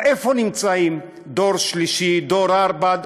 איפה נמצאים דור שלישי, דור רביעי?